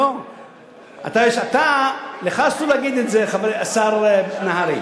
לך אסור להגיד את זה, השר נהרי.